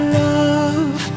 love